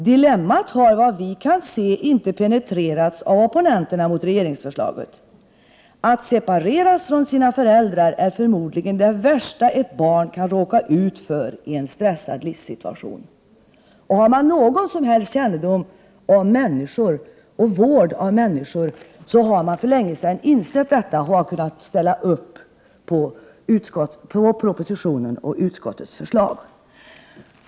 ”Dilemmat har, vad vi kan se,” skriver DN, ”inte penetrerats av opponenterna mot 15 regeringsförslaget. Att separeras från sina föräldrar är förmodligen det värsta ett barn kan råka ut för i en stressad livssituation.” propositionen och utskottets törslag.